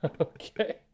Okay